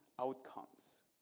Outcomes